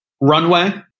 Runway